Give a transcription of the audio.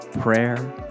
prayer